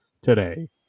today